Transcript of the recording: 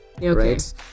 right